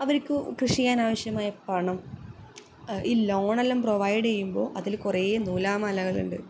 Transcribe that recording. അവർക്ക് കൃഷി ചെയ്യാൻ ആവശ്യമായ പണം ഈ ലോണെല്ലാം പ്രൊവൈഡ് ചെയ്യുമ്പോൾ അതിൽ കുറേ നൂലാമാലകളുണ്ട്